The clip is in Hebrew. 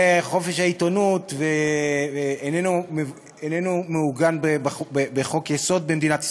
חופש העיתונות איננו מעוגן בחוק-יסוד במדינת ישראל,